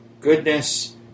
goodness